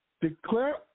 Declare